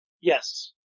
Yes